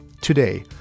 Today